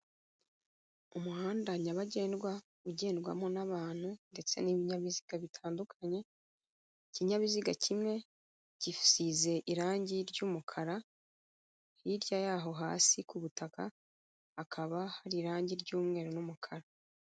Umuhanda nyabagendwa ugendwamo n'abantu ndetse n'ibinyabiziga bitandukanye, ikinyabiziga kimwe gisize irangi ry'umukara, hirya yaho hasi ku butaka hakaba hari irangi ry'umweru n'umukara.